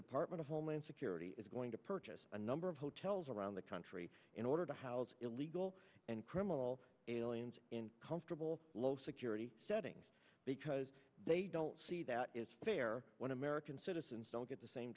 department of homeland security is going to purchase a number of hotels around the country in order to house illegal and criminal aliens in comfortable low security settings because they don't see that is fair when american citizens don't get the same